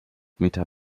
meter